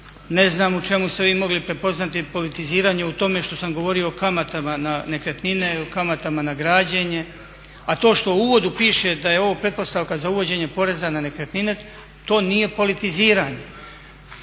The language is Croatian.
Ne znam u čemu ste vi mogli prepoznati politiziranje u tome što sam govorio o kamatama na nekretnine i o kamatama na građenje, a to što u uvodu piše da je ovo pretpostavka za uvođenje poreza na nekretnine to nije politiziranje.